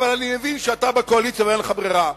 אבל אני מבין שאתה בקואליציה ואין לך ברירה.